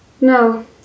No